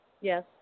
Yes